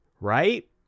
right